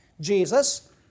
Jesus